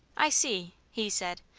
i see, he said.